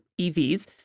EVs